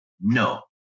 no